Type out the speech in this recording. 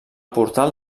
portal